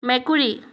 মেকুৰী